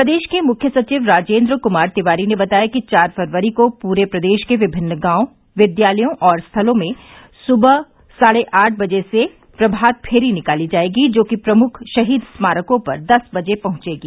प्रदेश के मुख्य सचिव राजेन्द्र कुमार तिवारी ने बताया कि चार फरवरी को पूरे प्रदेश के विभिन्न गांव विद्यालयों और स्थलों में सुबह साढ़े आठ बजे से प्रभात फेरी निकाली जायेगी जोकि प्रमुख शहीद स्मारकों पर दस बजे पहुंचेगी